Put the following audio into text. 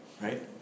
Right